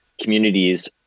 communities